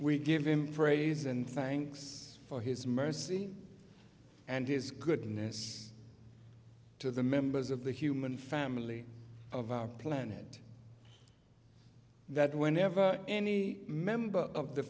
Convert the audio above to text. we give him praise and thanks for his mercy and his goodness to the members of the human family of our planet that whenever any member of the